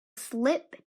slip